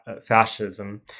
fascism